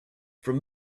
from